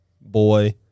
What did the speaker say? boy